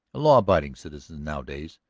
a law-abiding citizen nowadays,